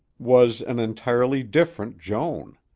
was an entirely different joan.